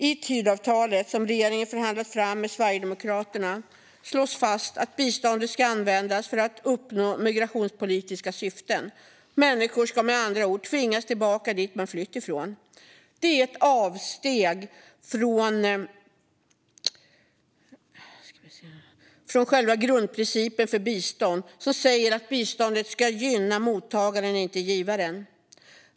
I Tidöavtalet som regeringen förhandlat fram med Sverigedemokraterna slås fast att biståndet ska användas för att uppnå migrationspolitiska syften. Människor ska med andra ord tvingas tillbaka till det ställe de flytt ifrån. Det är ett avsteg från själva grundprincipen för bistånd, som säger att biståndet ska gynna mottagaren och inte givaren.